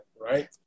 right